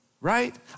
right